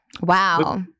Wow